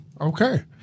okay